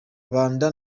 banda